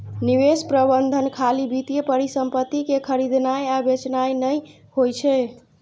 निवेश प्रबंधन खाली वित्तीय परिसंपत्ति कें खरीदनाय आ बेचनाय नहि होइ छै